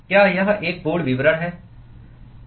क्या यह एक पूर्ण विवरण है